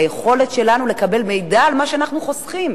היכולת שלנו לקבל מידע על מה שאנחנו חוסכים